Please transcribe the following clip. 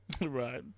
Right